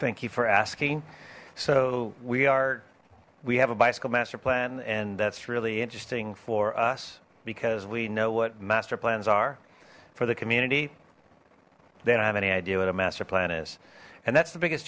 thank you for asking so we are we have a bicycle master plan and that's really interesting for us because we know what master plans are for the community then i have any idea what a master plan is and that's the biggest